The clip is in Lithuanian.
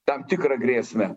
tam tikrą grėsmę